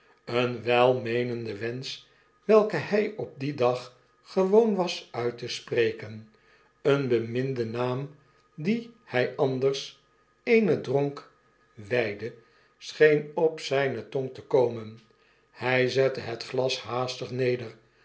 een welmeenende wensch welken hy op dien dag gewoon was uit te spreken een beminde naam dien hy anders eenen dronk wydde scheen op zyne tong te komen hg zette het glas haastig neder